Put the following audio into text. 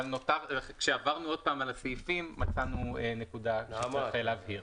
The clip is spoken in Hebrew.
אבל כשעברנו עוד פעם על הסעיפים מצאנו נקודה שצריך להבהיר.